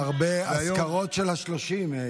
והיום היו הרבה אזכרות של ה-30,